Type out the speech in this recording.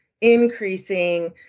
increasing